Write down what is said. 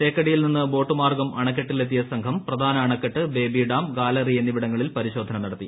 തേക്കടിയിൽ നിന്ന് ബോട്ടുമാർഗം അണക്കെട്ടിൽ എത്തിയ സംഘം പ്രധാന അണക്കെട്ട് ബേബി ഡാം ഗാലറി എന്നിവിടങ്ങളിൽ പരിശോധന നടത്തി